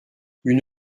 une